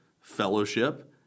fellowship